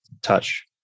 touch